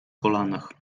kolanach